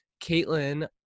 Caitlin